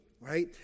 right